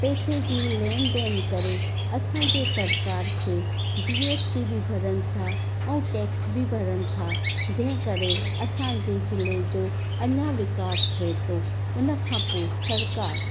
पैसे जी लेन देन करे असांजे सरकार खे जी ऐस टी बि भरनि था ऐं टैक्स बि भरनि था जंहिं करे असांजे जिले जो अञा विकास थे थो उन खां पोइ सरकारु